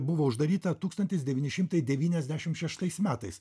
buvo uždaryta tūkstantis devyni šimtai devyniasdešim šeštais metais